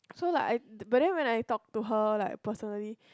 so like I but then I talk to her like personally